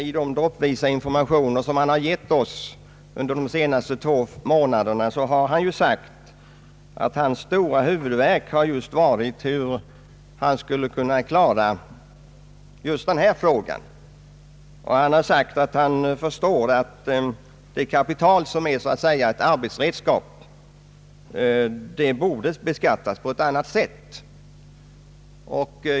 I de informationer som han gett oss droppvis under de senaste två månaderna har han sagt att hans stora huvudvärk varit hur han skulle klara just denna fråga. Han har sagt att han förstår att det kapital som så att säga är ett arbetsredskap borde beskattas på ett annat sätt än kapital i egentlig mening.